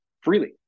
freely